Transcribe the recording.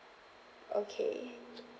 okay